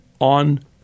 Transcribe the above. on